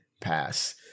pass